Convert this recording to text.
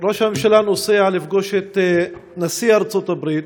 ראש הממשלה נוסע לפגוש את נשיא ארצות-הברית,